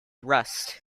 rust